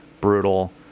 brutal